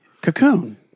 Cocoon